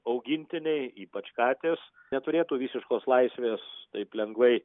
augintiniai ypač katės neturėtų visiškos laisvės taip lengvai